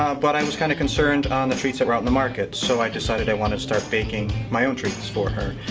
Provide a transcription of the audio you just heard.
um but i was kind of concerned on the treats that were out on the market. so i decided i wanted to start baking my own treats for her.